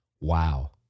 Wow